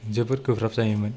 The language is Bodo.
जोबोद गोब्राब जायोमोन